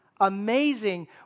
Amazing